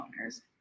owners